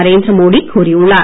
நரேந்திர மோடி கூறியுள்ளார்